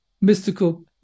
mystical